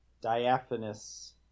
diaphanous